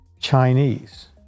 Chinese